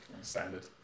standard